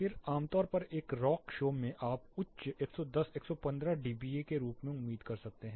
फिर आमतौर पर एक रॉक शो मे आप उच्च 110 115 डीबीए के रूप में उम्मीद कर सकते हैं